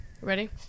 Ready